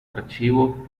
archivos